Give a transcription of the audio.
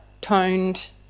toned